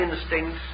instincts